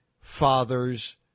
father's